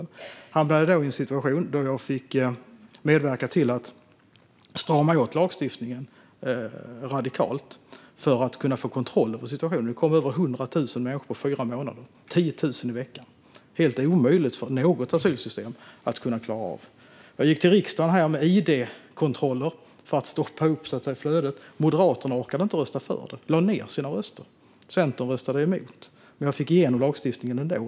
Då hamnade jag i en situation då jag fick medverka till att strama åt lagstiftningen radikalt för att kunna få kontroll över situationen. Det kom över 100 000 människor på fyra månader - 10 000 i veckan. Det är helt omöjligt för något asylsystem att klara av. Jag gick till riksdagen med ett förslag om id-kontroller för att flödet skulle stoppas upp. Moderaterna orkade inte rösta för det. De lade ned sina röster. Centern röstade emot. Men jag fick igenom lagstiftningen ändå.